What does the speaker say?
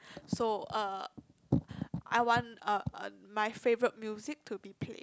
so uh I want uh uh my favourite music to be played